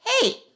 hey